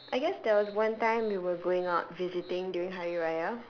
I guess there was one time we were going out visiting during hari raya